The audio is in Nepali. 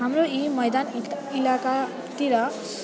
हाम्रो यी मैदान इलाकातिर